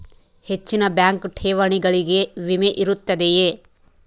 ಹೆಚ್ಚಿನ ಬ್ಯಾಂಕ್ ಠೇವಣಿಗಳಿಗೆ ವಿಮೆ ಇರುತ್ತದೆಯೆ?